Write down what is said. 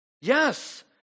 yes